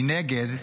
מנגד,